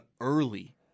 early